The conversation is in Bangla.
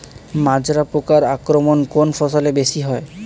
মাজরা পোকার আক্রমণ কোন ফসলে বেশি হয়?